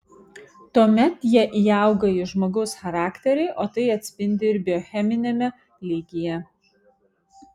tuomet jie įauga į žmogaus charakterį o tai atsispindi ir biocheminiame lygyje